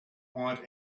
want